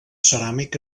ceràmic